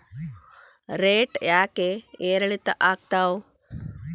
Rate ಯಾಕೆ ಏರಿಳಿತ ಆಗ್ತಾವ?